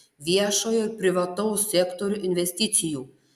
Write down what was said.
viešojo ir privataus sektorių investicijų